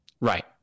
Right